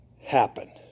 happen